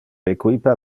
equipa